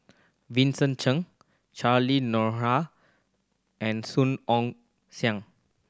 Vincent Cheng Cheryl Noronha and Song Ong Siang